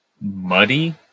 muddy